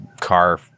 car